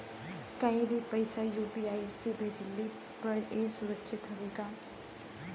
कहि भी पैसा यू.पी.आई से भेजली पर ए सुरक्षित हवे का?